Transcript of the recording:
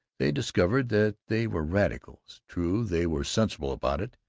they discovered that they were radicals. true, they were sensible about it.